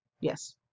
Yes